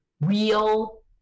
real